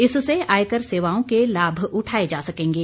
इससे आयकर सेवाओं के लाभ उठाए जा सकेंगे